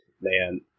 Man